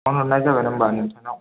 phone हरनाय जागोन होम्बा नोंथांनाव